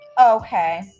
okay